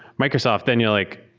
microsoft, then you're like,